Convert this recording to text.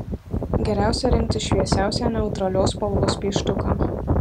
geriausia rinktis šviesiausią neutralios spalvos pieštuką